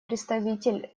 представитель